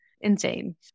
insane